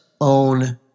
own